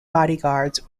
bodyguards